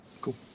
Cool